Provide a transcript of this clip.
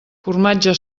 formatge